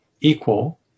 equal